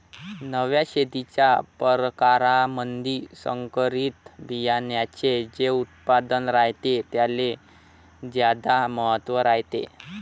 नव्या शेतीच्या परकारामंधी संकरित बियान्याचे जे उत्पादन रायते त्याले ज्यादा महत्त्व रायते